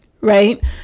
right